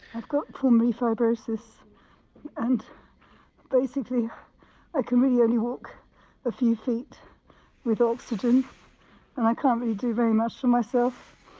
i've got pulmonary fibrosis and basically i can really only walk a few feet with oxygen and i can't really do very and so at